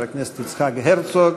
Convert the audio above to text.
חבר הכנסת יצחק הרצוג,